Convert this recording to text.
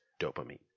dopamine